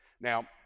Now